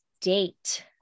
date